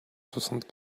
soixante